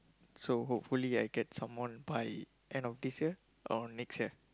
so hopefully I get someone by end of this year or next year